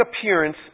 appearance